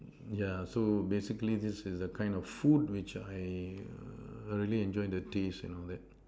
yeah so basically this is the kind of food which I err really enjoy the taste and all that